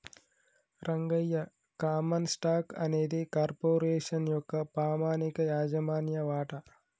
Rangayya common stock అనేది corporation యొక్క పామనిక యాజమాన్య వాట